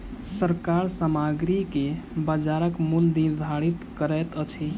सरकार सामग्री के बजारक मूल्य निर्धारित करैत अछि